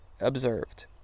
observed